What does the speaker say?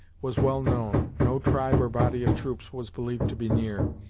was well known, no tribe or body of troops was believed to be near,